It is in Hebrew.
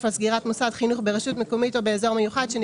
על סגירת מוסד חינוך ברשות מקומית באזור מיוחד,